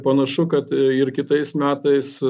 panašu kad ir kitais metais